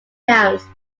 accounts